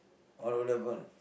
or eleven